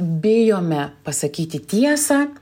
bijome pasakyti tiesą